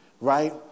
right